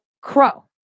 crow